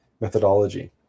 methodology